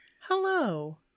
Hello